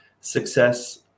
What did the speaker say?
success